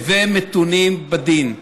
"הוו מתונים בדין"